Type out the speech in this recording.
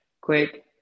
quick